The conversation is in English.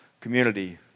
Community